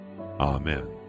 Amen